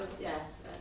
Yes